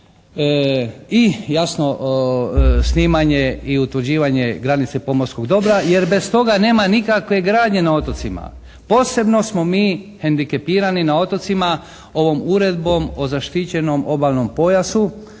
I jasno snimanje i utvrđivanje granice pomorskog dobra jer bez toga nema nikakve gradnje na otocima. Posebno smo mi hendikepirani na otocima ovom Uredbom o zaštićenom obalnom pojasu